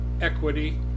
equity